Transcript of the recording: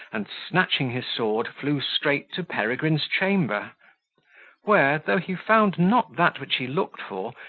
and, snatching his sword, flew straight to peregrine's chamber where, though he found not that which he looked for,